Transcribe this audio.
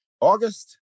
August